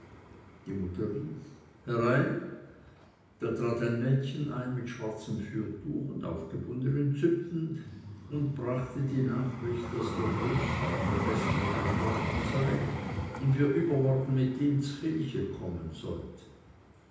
die mutter rief herein da trat ein mädchen ein mit schwarzem fürtuch und aufgebundenen züpfen und brachte die nachricht daß der großvater gestern gestorben sei und wir übermorgen mit ihm z'chilche kommen sollten